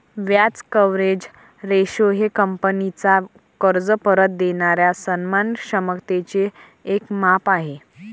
व्याज coverage ratio हे कंपनीचा कर्ज परत देणाऱ्या सन्मान क्षमतेचे एक माप आहे